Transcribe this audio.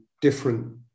different